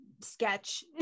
sketch